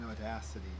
Audacity